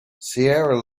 sierra